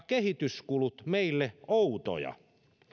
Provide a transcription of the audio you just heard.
kehityskulut meille outoja